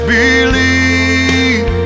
believe